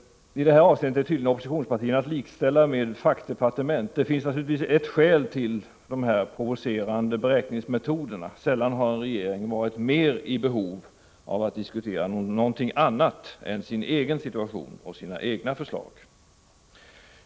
I det här avseendet är tydligen oppositionspartierna att likställa med fackdepartement. Det finns naturligtvis ytterligare ett skäl till de provocerande beräkningsmetoderna. Sällan har en regering varit i större behov av att diskutera någonting annat än sin egen situation och sina egna förslag.